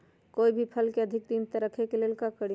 कोई भी फल के अधिक दिन तक रखे के ले ल का करी?